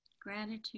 gratitude